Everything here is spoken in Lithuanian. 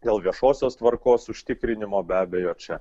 dėl viešosios tvarkos užtikrinimo be abejo čia